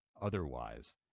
otherwise